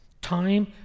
Time